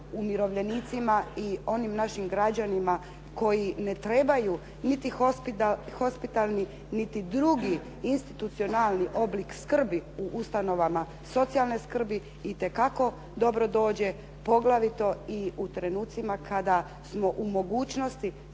umirovljenicima i onim našim građanima koji ne trebaju niti hospitalni niti drugi institucionalni oblik skrbi u ustanovama socijalne skrbi itekako dobro dođe poglavito i u trenucima kada smo u mogućnosti